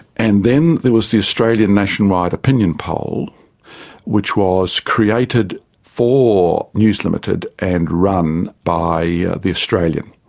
and then there was the australian nationwide opinion poll which was created for news ltd and run by yeah the australian,